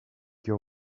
your